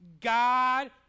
God